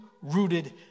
rooted